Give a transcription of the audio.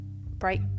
Break